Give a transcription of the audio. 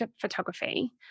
photography